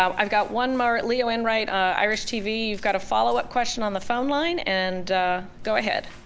um i've got one more, leo enright, irish tv, you've got a followup question on the phone line, and go ahead.